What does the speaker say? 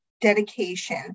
dedication